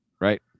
right